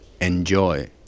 Enjoy